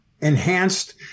enhanced